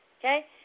Okay